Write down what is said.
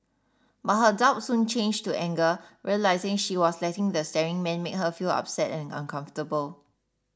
but her doubt soon changed to anger realising she was letting the staring man make her feel upset and uncomfortable